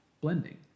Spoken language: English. blending